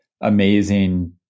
amazing